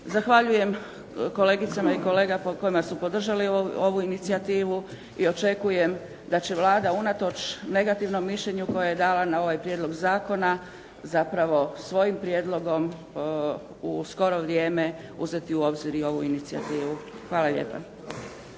Zahvaljujem kolegicama i kolegama koji su podržali ovu inicijativu i očekujem da će Vlada unatoč negativnom mišljenju koje je dala na ovaj prijedlog zakona zapravo u skoro vrijeme uzeti u obzir i ovu inicijativu. Hvala lijepa.